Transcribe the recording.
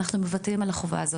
אנחנו מוותרים על החובה הזאת,